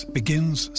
begins